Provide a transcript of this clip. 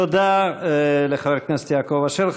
תודה לחבר הכנסת יעקב אשר.